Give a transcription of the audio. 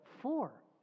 Four